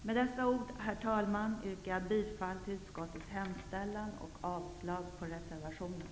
Med dessa ord, herr talman, yrkar jag bifall till utskottets hemställan och avslag på reservationen.